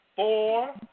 Four